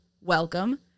welcome